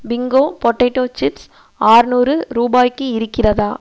Bingo potato chips ஆறுநூறு ரூபாய்க்கு இருக்கிறதா